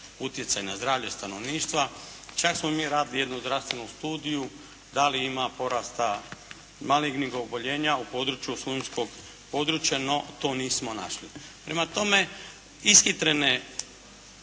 utjecaj na zdravlje stanovništva. Čak smo mi radili jednu zdravstvenu studiju da li ima porasta malignih oboljenja u području slunjskog područja, no to nismo našli. Prema tome, ishitrene